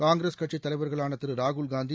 காங்கிரஸ் கட்சி தலைவர்களான திரு ராகுல்காந்தி